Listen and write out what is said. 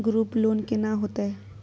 Group loan केना होतै?